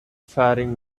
faring